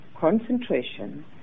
concentration